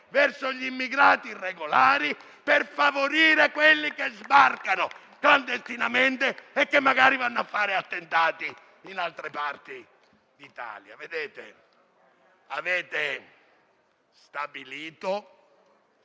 verso gli immigrati regolari per favorire quelli che sbarcano clandestinamente e che magari vanno a fare attentati in altre parti d'Italia.